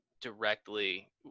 directly